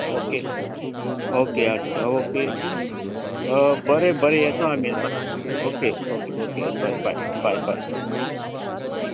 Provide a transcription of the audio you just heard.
okay okay आता okay बरे बरे येता आमी ओके ओके ओके बरें बाय बाय बाय